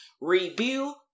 Review